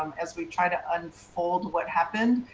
um as we try to unfold what happened.